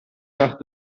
nach